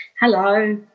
Hello